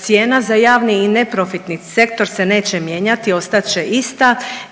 cijena za javni i neprofitni sektor se neće mijenjati, ostat će ista